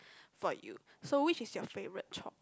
for you so which is your favorite chore